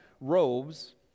robes